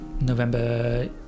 November